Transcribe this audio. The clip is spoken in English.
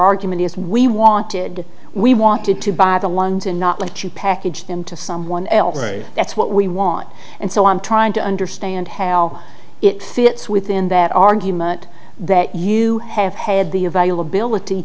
argument is we wanted we wanted to buy the london not let you package them to someone else that's what we want and so i'm trying to understand how it fits within that argument that you have had the availability